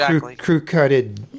crew-cutted